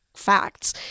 facts